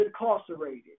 incarcerated